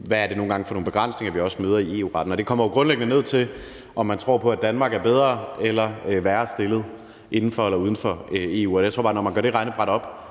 hvad det er for nogle begrænsninger, vi nogle gange møder i EU-retten. Det kommer jo grundlæggende ned til, om man tror på, at Danmark er bedre eller værre stillet inden for eller uden for EU. Og jeg tror bare, at når man gør det regnebræt op,